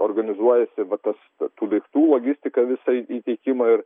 organizuojasi va tas tų daiktų logistiką visą įteikimą ir